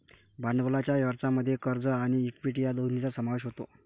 भांडवलाच्या खर्चामध्ये कर्ज आणि इक्विटी या दोन्हींचा समावेश होतो